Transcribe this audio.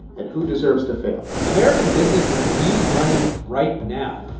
and who deserves to fail? america's businesses need money right now,